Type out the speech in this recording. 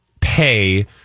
pay